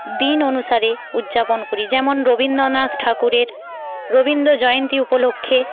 দিন অনুসারে উদযাপন করি যেমন রবীন্দ্রনাথ ঠাকুরের রবীন্দ্র জয়ন্তী উপলক্ষে